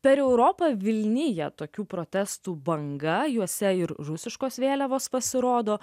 per europą vilnija tokių protestų banga juose ir rusiškos vėliavos pasirodo